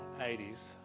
80s